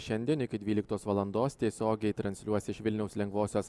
šiandien iki dvyliktos valandos tiesiogiai transliuos iš vilniaus lengvosios